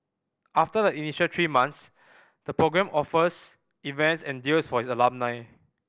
after the initial three months the program offers events and deals for its alumni